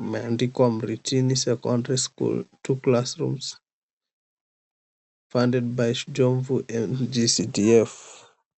umeandikwa Miritini Secondary School Two Classrooms, Funded by Jomvu NGCDF .